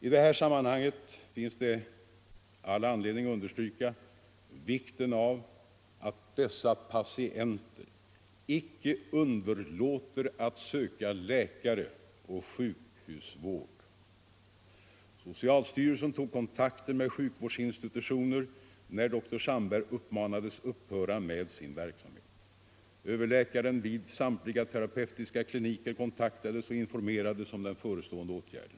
I detta sammanhang finns all anledning att understryka vikten av att de patienter som använt THX inte underlåter att söka läkaroch sjukhusvård. När dr Sandberg uppmanades upphöra med sin verksamhet kontaktade socialstyrelsen överläkarna vid samtliga radioterapeutiska kliniker och informerade om den förestående åtgärden.